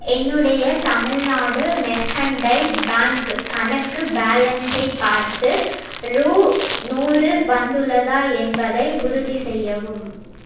என்னுடைய Tamil Nadu Mercantile Bank கணக்கு பேலன்ஸை பார்த்து ரூ நூறு வந்துள்ளதா என்பதை உறுதிசெய்யவும்